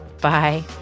Bye